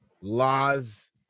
laws